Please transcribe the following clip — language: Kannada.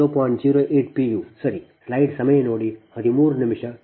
08 p